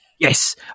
Yes